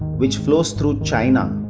which flows through china,